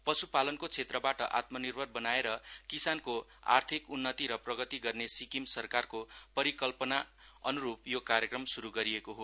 पशुपालनको क्षेत्रबाट आत्मनिर्भर बनाएर किसानको आर्थिक उन्नती र प्रगती गर्ने सिक्किम सरकारको परिकल्पनाअनुरूप यो क्रायक्रम शुरू गरिएको हो